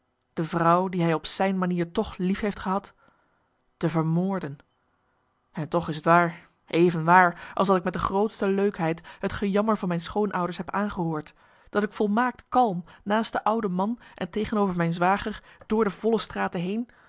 de vrouw die hij op zijn manier toch lief heeft gehad te vermoorden en toch is t waar even waar als dat ik met de grootste leukheid het gejammer van mijn schoonouders heb aangehoord dat ik volmaakt kalm naast de oude man en tegenover mijn zwager door de volle straten heen